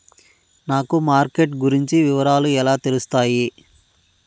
నాకు మార్కెట్ గురించి వివరాలు ఎలా తెలుస్తాయి?